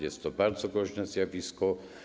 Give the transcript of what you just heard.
Jest to bardzo groźne zjawisko.